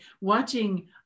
watching